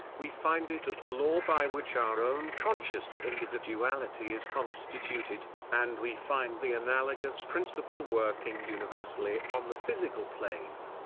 we find it as the law by which our own conscious individuality is constituted and we find the analogous principle working universally on the physical plane.